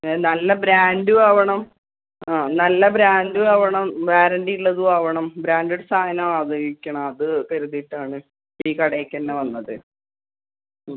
ഏ നല്ല ബ്രാൻഡ് ആകണം നല്ല ബ്രാൻഡും ആകണം വാരണ്ടിയുള്ളതും ആവണം ബ്രാൻ്റഡ് സാധനമാണ് ഉപയോഗിക്കുന്നത് അത് കരുതിയിട്ടാണ് ഈ കടയിലേക്ക് തന്നെ വന്നത് ഉം